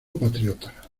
patriota